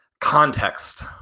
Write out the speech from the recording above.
context